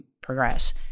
progress